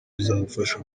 bizagufasha